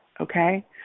okay